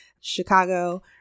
Chicago